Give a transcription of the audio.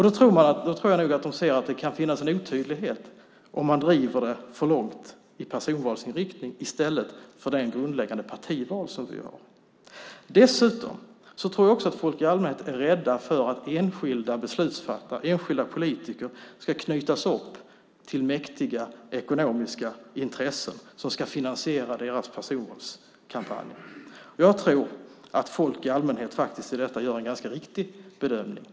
Då tror jag nog att de ser att det kan finnas en otydlighet om man driver personvalsinriktningen för långt i stället för det grundläggande partival som vi har. Dessutom tror jag att folk i allmänhet är rädda för att enskilda beslutfattare, enskilda politiker, ska knytas upp till mäktiga ekonomiska intressen som ska finansiera deras personvalskampanjer. Jag tror att folk i allmänhet i fråga om detta faktiskt gör en ganska riktig bedömning.